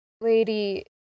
Lady